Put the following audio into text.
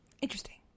Interesting